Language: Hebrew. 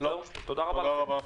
לא, תודה רבה לכם.